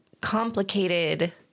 complicated